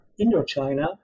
Indochina